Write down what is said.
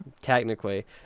technically